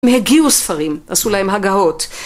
הם הגיהו ספרים, עשו להם הגהות.